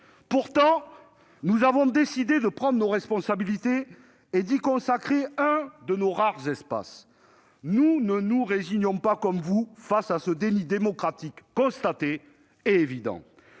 Pourtant, nous avons décidé de prendre nos responsabilités et de consacrer à ce texte un de nos rares espaces. Nous ne nous résignons pas comme vous à ce déni démocratique constaté et évident.